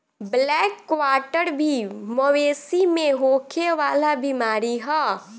black quarter भी मवेशी में होखे वाला बीमारी ह